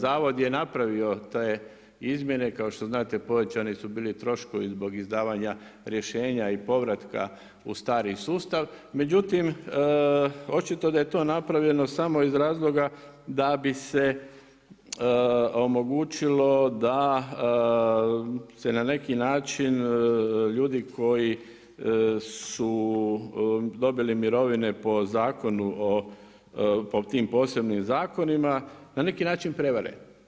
Zavod je napravio te izmjene, kao što znate povećani su bili troškovi zbog izdavanja rješenja i povratka u stari sustav, međutim očito da je to napravljeno samo iz razloga da bi se omogućilo da se na neki način ljudi koji su dobili mirovine po Zakonu o, po tim posebnim zakonima na neki način prevare.